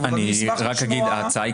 אבל אשמח לשמוע --- רק אגיד שההצעה היא